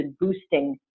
boosting